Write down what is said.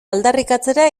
aldarrikatzera